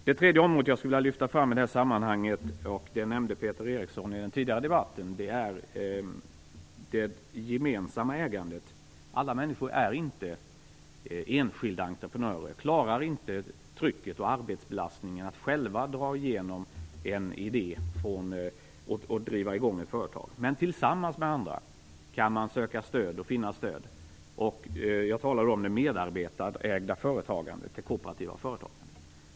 Det tredje området jag skulle vilja lyfta upp i det här sammanhanget är det gemensamma ägandet, som också togs upp av Peter Eriksson i den tidigare debatten. Alla människor är inte enskilda entreprenörer. Alla människor klarar inte trycket och arbetsbelastningen att själva driva igenom en idé och dra i gång ett företag. Men tillsammans med andra kan man söka stöd och finna stöd. Jag talar om det medarbetarägda företagandet, det kooperativa företagandet.